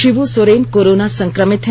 Shibu Soren corona संक्रमित हैं